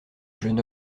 jeune